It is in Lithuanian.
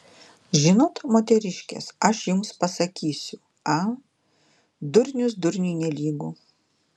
žinot moteriškės aš jums pasakysiu a durnius durniui nelygu